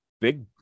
big